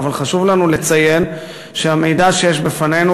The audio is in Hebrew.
אבל חשוב לנו לציין שהמידע שיש בפנינו,